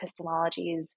epistemologies